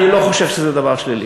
כלומר, אני לא חושב שזה דבר שלילי.